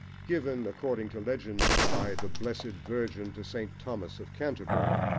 given, according to legend, by the blessed virgin to saint thomas of canterbury.